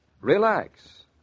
Relax